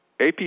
AP